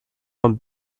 von